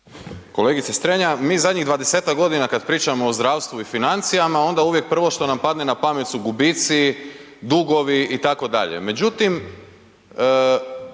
Kolegice Strenja, mi zadnjih 20-tak godina kad pričamo o zdravstvu i financijama, onda uvijek prvo što nam padne na pamet su gubitci, dugovi, itd.